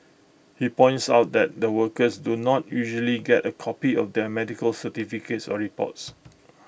he points out that the workers do not usually get A copy of their medical certificates or reports